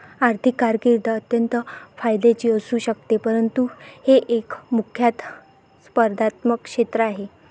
आर्थिक कारकीर्द अत्यंत फायद्याची असू शकते परंतु हे एक कुख्यात स्पर्धात्मक क्षेत्र आहे